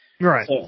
Right